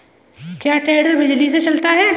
क्या टेडर बिजली से चलता है?